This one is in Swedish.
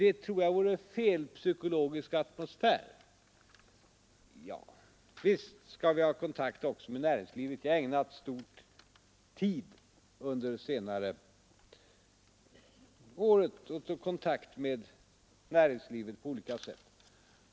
Det tror jag emellertid vore psykologiskt felaktigt. Visst skall vi ha kontakt också med näringslivet! Jag har ägnat mycken tid under det senaste året åt att ta kontakt med näringslivet på olika sätt.